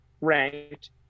ranked